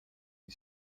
die